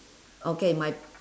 okay my